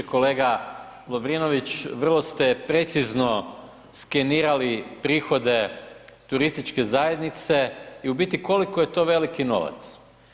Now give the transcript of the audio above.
Kolega Lovrinović, vrlo ste precizno skenirali prihode turističke zajednice i u biti koliko je to veliki novac.